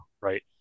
right